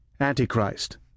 Antichrist